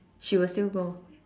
she will still go